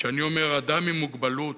כשאני אומר "אדם עם מוגבלות",